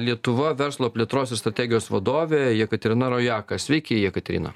lietuva verslo plėtros ir strategijos vadovė jekaterina rojaka sveiki jakaterina